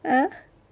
ah